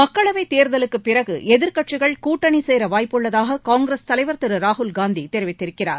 மக்களவைத் தேர்தலுக்குப் பிறகு எதிர்க்கட்சிகள் கூட்டணி சேர வாய்ப்புள்ளதாக காங்கிரஸ் தலைவர் திரு ராகுல் காந்தி தெரிவித்திருக்கிறார்